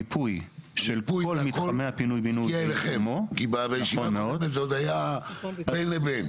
המיפוי של כל מתחמי הפינוי בינוי --- כי בישיבה זה עוד היה בין לבין.